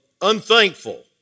Unthankful